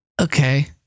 okay